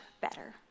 better